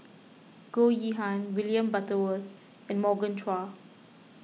Goh Yihan William Butterworth and Morgan Chua